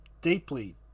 deeply